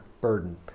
burden